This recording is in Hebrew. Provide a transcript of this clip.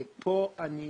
כאן אני